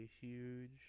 huge